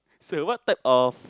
so what type of